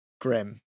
grim